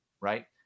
right